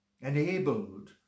enabled